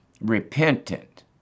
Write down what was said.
repentant